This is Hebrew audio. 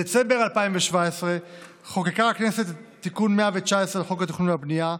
בדצמבר 2017 חוקקה הכנסת את תיקון 119 לחוק התכנון והבנייה,